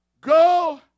go